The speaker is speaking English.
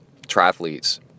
triathletes